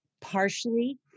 partially